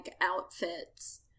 outfits